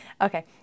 Okay